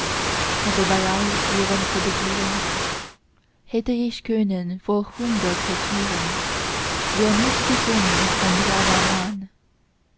aber bei all ihrem protegieren hätte ich können vor hunger krepieren wär nicht gekommen ein braver mann